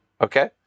Okay